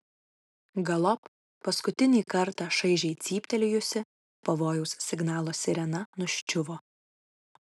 galop paskutinį kartą šaižiai cyptelėjusi pavojaus signalo sirena nuščiuvo